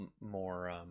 more